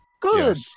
Good